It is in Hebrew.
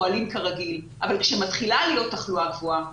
פועלים כרגיל אבל כשמתחילה להיות תחלואה גבוהה,